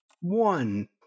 one